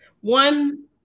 One